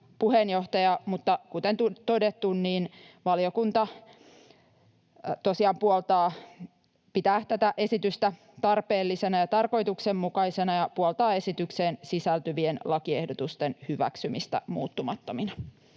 ulkoasiainvaliokunta pitää esitystä tarpeellisena ja tarkoituksenmukaisena ja puoltaa esitykseen sisältyvien lakiehdotusten hyväksymistä muuttumattomina.